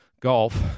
golf